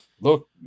look